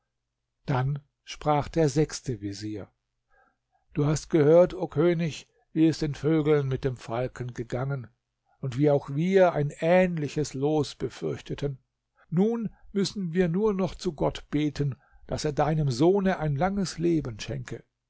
dann sprach der sechste vezier du hast gehört o könig wie es den vögeln mit dem falken gegangen und wie auch wir ein ähnliches los befürchteten nun müssen wir nur noch zu gott beten daß er deinem sohne ein langes leben schenke